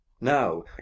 now